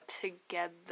together